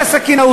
בשיא הסכינאות,